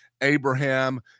Abraham